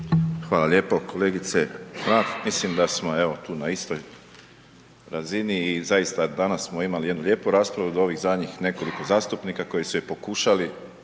Hvala lijepo. Kolegice Mrak, mislim da smo, evo, tu na istoj razini i zaista danas smo imali jednu lijepu raspravu od ovih zadnjih nekoliko zastupnika koji su je pokušali